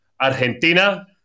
Argentina